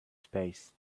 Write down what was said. space